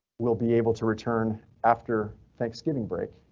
will be able to return after thanksgiving break.